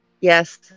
Yes